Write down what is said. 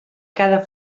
cada